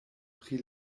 pri